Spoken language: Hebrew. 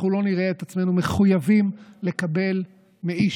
אנחנו לא נראה את עצמנו מחויבים לקבל מאיש,